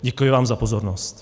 Děkuji vám za pozornost.